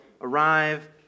arrive